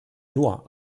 nur